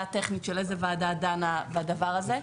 הטכנית של איזו ועדה דנה בדבר הזה.